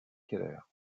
keller